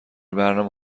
برنامه